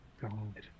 God